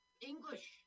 English